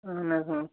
اَہَن حظ